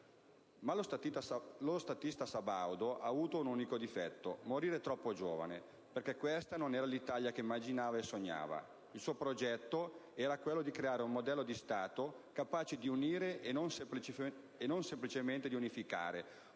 Ma lo statista sabaudo ha avuto un unico difetto: morire troppo giovane, perché questa non era l'Italia che immaginava e sognava; il suo progetto era quello di creare un modello di Stato capace di unire e non semplicemente di unificare